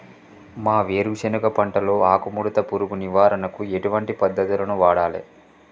మా వేరుశెనగ పంటలో ఆకుముడత పురుగు నివారణకు ఎటువంటి పద్దతులను వాడాలే?